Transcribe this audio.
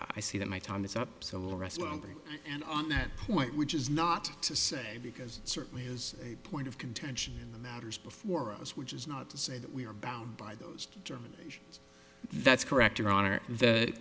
agree i see that my time is up so arrest welding and on that point which is not to say because certainly has a point of contention in the matters before us which is not to say that we are bound by those determinations that's correct your honor th